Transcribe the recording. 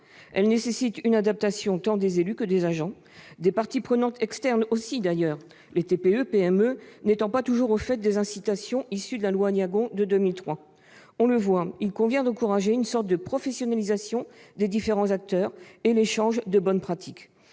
nécessitent une adaptation tant des élus et des agents que des parties prenantes externes, les TPE-PME n'étant pas toujours au fait des incitations prévues par la loi Aillagon de 2003. Il convient donc d'encourager une forme de professionnalisation des différents acteurs et l'échange de bonnes pratiques.